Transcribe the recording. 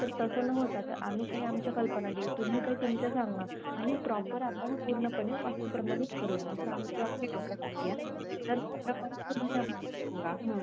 तर तसं न होता तर आम्ही काही आमच्या कल्पना देऊ तुम्ही काही तुमच्या सांगा आणि प्रॉपर आपण पूर्णपणे वास्तूप्रमाणेच करूया असं आमचं आहे डोक्यात आय्डीया तर त्याप्रमाणे तुम्ही आ सांगा